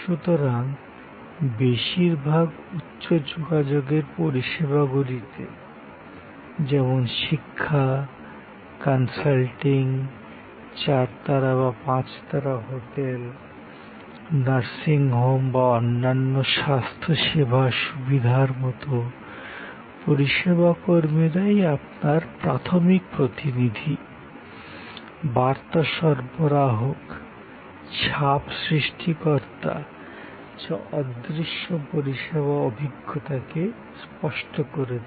সুতরাং বেশিরভাগ উচ্চ যোগাযোগের পরিষেবাগুলিতে যেমন শিক্ষা কনসাল্টিং চার তারা বা পাঁচ তারা হোটেল নার্সিংহোম বা অন্যান্য স্বাস্থ্য সেবা সুবিধার মতো পরিষেবা কর্মীরাই আপনার প্রাথমিক প্রতিনিধি মেসেজ কনভেয়র্স ক ইম্প্রেশন ক্রিয়েটর্স র্তা যা অদৃশ্য পরিষেবা অভিজ্ঞতাকে স্পষ্ট করে দেয়